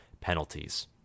penalties